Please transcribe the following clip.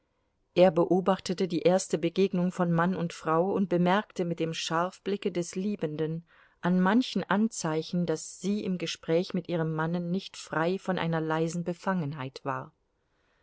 er beobachtete die erste begegnung von mann und frau und bemerkte mit dem scharfblicke des liebenden an manchen anzeichen daß sie im gespräch mit ihrem manne nicht frei von einer leisen befangenheit war